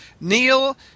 Neil